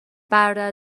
برادر